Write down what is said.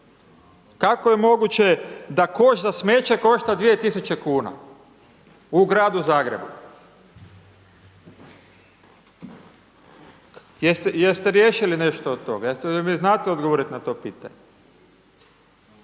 Kako je moguće da koš za smeće košta 2.000,00 kn u Gradu Zagrebu? Jeste riješili nešto od toga? Jel mi znate odgovoriti na to pitanje?